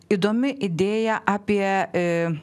įdomi idėja apie